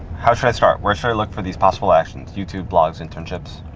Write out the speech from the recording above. how should i start? where should i look for these possible actions? youtube, blogs, internships.